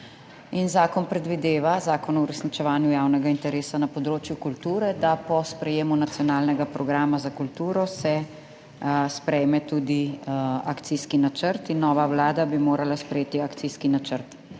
zakon predvideva Zakon o uresničevanju javnega interesa na področju kulture, da po sprejemu Nacionalnega programa za kulturo se sprejme tudi akcijski načrt in nova vlada bi morala sprejeti akcijski načrt.